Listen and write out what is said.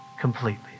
Completely